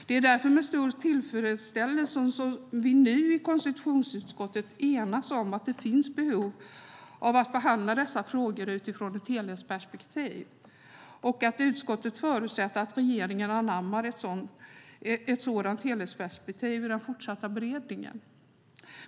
Det är därför med stor tillfredsställelse som vi nu i konstitutionsutskottet enats om att det finns behov av att behandla dessa frågor utifrån ett helhetsperspektiv, och utskottet förutsätter att regeringen anammar ett sådant helhetsperspektiv i den fortsatta beredningen.